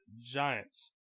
Giants